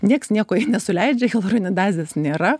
niekas nieko jai nesuleidžia hialuronidazės nėra